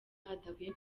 adakwiye